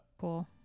Cool